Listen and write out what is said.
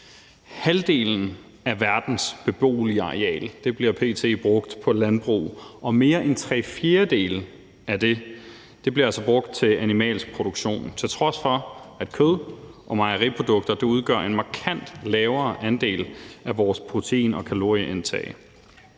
Halvdelen af verdens beboelige areal bliver p.t. brugt på landbrug, og mere end tre fjerdedele af det bliver altså brugt til animalsk produktion, til trods for at kød og mejeriprodukter udgør en markant lavere andel af vores protein- og kalorieindtag.